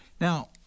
Now